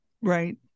Right